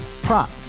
Prop